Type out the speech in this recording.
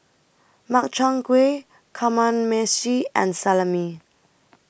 Makchang Gui Kamameshi and Salami